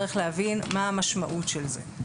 צריך להבין מה המשמעות על זה.